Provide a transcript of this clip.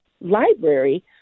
library